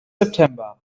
september